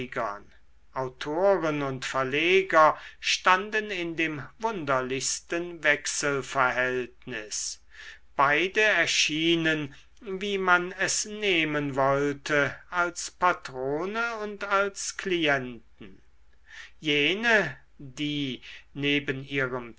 autoren und verleger standen in dem wunderlichsten wechselverhältnis beide erschienen wie man es nehmen wollte als patrone und als klienten jene die neben ihrem